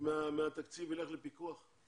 מהתקציב ילך לפיקוח?